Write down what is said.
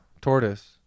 Tortoise